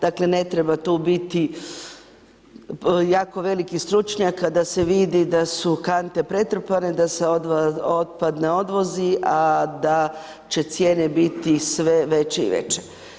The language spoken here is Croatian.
Dakle ne treba tu biti jako veliki stručnjak a da se vidi da su kante pretrpane a da se otpad ne odvozi a da će cijene biti sve veće i veće.